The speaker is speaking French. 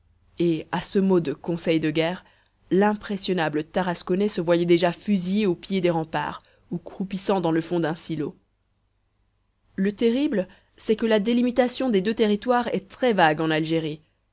et à ce mot de conseil de guerre l'impressionnable tarasconnais se voyait déjà fusillé au pied des remparts ou croupissant dans le fond d'un silo le terrible c'est que la délimitation des deux territoires est très vague en algérie